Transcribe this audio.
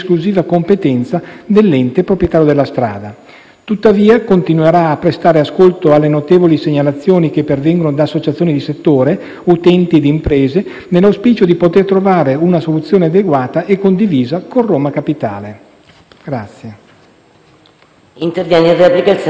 Tuttavia, continuerà a prestare ascolto alle notevoli segnalazioni che pervengono da associazioni di settore, utenti e imprese, nell'auspicio di poter trovare una soluzione adeguata e condivisa con Roma capitale.